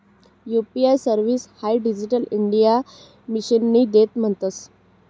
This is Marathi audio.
यू.पी.आय सर्विस हाई डिजिटल इंडिया मिशननी देन मानतंस